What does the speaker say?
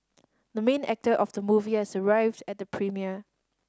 the main actor of the movie has arrived at the premiere